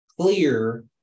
clear